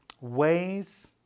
ways